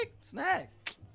Snack